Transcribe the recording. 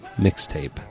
mixtape